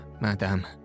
madame